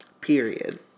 Period